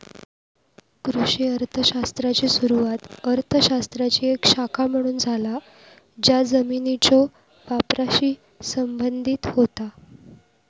कृषी अर्थ शास्त्राची सुरुवात अर्थ शास्त्राची एक शाखा म्हणून झाला ज्या जमिनीच्यो वापराशी संबंधित होता